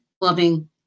loving